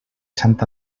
sant